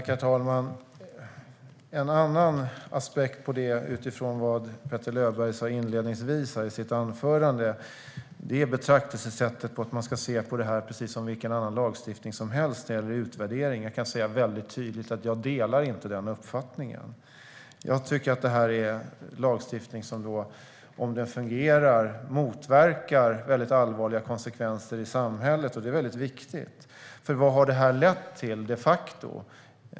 Herr talman! En annan aspekt på det, utifrån vad Petter Löberg sa inledningsvis i sitt anförande, är att man ska se på det här som vilken annan lagstiftning som helst när det gäller utvärdering. Jag kan säga tydligt att jag inte delar den uppfattningen. Jag tycker att det är lagstiftning som, om den fungerar, motverkar allvarliga konsekvenser i samhället. Det är väldigt viktigt. Vad har det här de facto lett till?